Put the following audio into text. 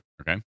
Okay